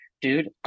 dude